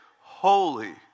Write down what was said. holy